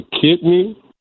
kidney